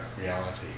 reality